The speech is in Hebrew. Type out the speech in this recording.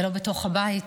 לא בתוך הבית,